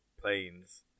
planes